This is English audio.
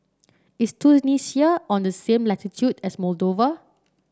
is Tunisia on the same latitude as Moldova